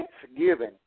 Thanksgiving